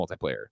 multiplayer